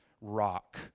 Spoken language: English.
rock